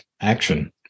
action